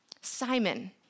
Simon